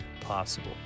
possible